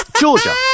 Georgia